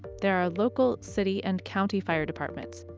there are local city and county fire departments,